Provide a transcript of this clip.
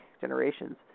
Generations